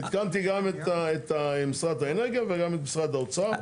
עדכנתי גם את משרד האנרגיה וגם את משרד האוצר.